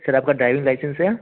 sir आपका driving licence है